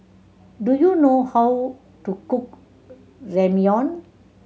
do you know how to cook Ramyeon